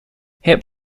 hip